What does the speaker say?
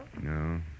No